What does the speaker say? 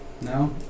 No